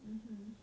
mmhmm